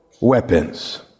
weapons